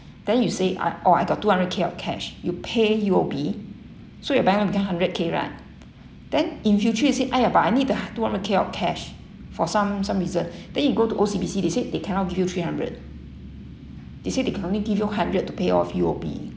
then you say I oh I got two hundred K of cash you pay U_O_B so your bank will become hundred K right then in future you say !aiya! but I need the h~ two hundred K of cash for some some reason then you go to O_C_B_C they said they cannot give you three hundred they say they only give you hundred to pay off U_O_B